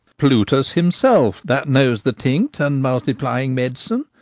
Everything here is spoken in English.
plutus himself, that knows the tinct and multiplying med'cine,